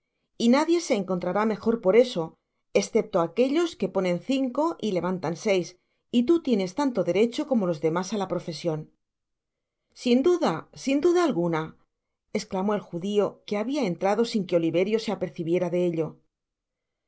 y nadie se encontrará mejor por eso escepto aquellos que ponen cinco y levantar seis y tu tienes tanto derecho como los demás á la profesion sin duda sin duda alguna esclamó el judio que habia entrado sin que oliverio se apercibiera de ello